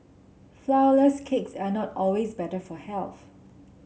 flour less cakes are not always better for health